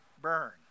burn